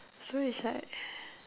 so it's like